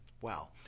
Wow